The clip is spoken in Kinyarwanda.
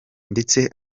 ndetse